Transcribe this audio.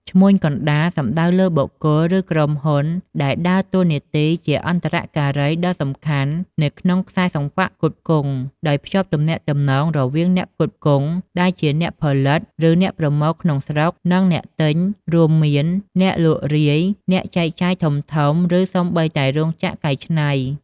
ឈ្មួញកណ្តាល សំដៅលើបុគ្គល ឬក្រុមហ៊ុនដែលដើរតួនាទីជាអន្តរការីដ៏សំខាន់នៅក្នុងខ្សែសង្វាក់ផ្គត់ផ្គង់ ដោយភ្ជាប់ទំនាក់ទំនងរវាងអ្នកផ្គត់ផ្គង់ ដែលជា អ្នកផលិត ឬ អ្នកប្រមូលក្នុងស្រុក និងអ្នកទិញ រួមមាន អ្នកលក់រាយ អ្នកចែកចាយធំៗ ឬសូម្បីតែរោងចក្រកែច្នៃ។